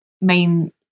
main